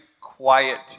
quiet